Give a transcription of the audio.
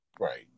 Right